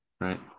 right